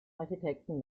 architekten